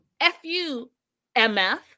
F-U-M-F